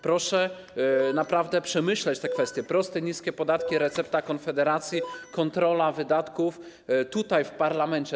Proszę naprawdę przemyśleć te kwestie: proste, niskie podatki - recepta Konfederacji - kontrola wydatków tutaj, w parlamencie.